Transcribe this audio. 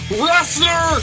wrestler